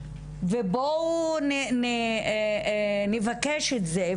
ובואו נבקש את זה,